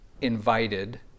invited